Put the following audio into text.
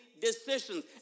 decisions